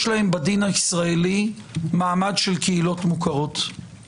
להם בדין הישראלי מעמד של קהילות מוכרות.